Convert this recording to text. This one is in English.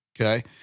okay